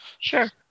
Sure